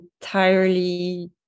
entirely